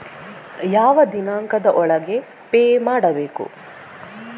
ಯಾವ ದಿನಾಂಕದ ಒಳಗೆ ಪೇ ಮಾಡಬೇಕು?